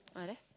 ah there